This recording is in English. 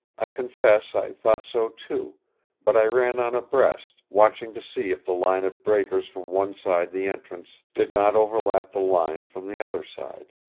i confess i thought so, too but i ran on abreast, watching to see if the line of breakers from one side the entrance did not overlap the line from the other side.